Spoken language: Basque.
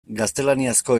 gaztelaniazko